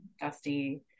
Dusty